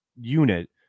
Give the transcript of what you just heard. unit